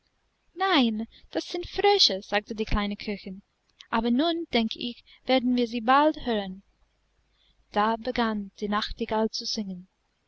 nein das sind frösche sagte die kleine köchin aber nun denke ich werden wir sie bald hören da begann die nachtigall zu singen